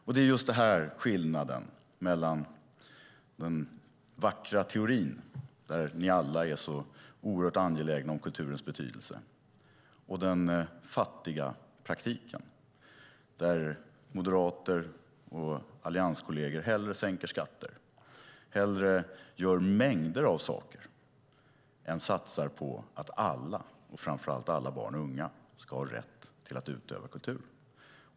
Det här är just skillnaden mellan den vackra teorin, där ni alla är så oerhört angelägna om kulturens betydelse, och den fattiga praktiken, där moderater och allianskolleger hellre sänker skatter, hellre gör mängder av saker än satsar på att alla, framför allt alla barn och unga, ska ha rätt att utöva kultur.